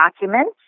documents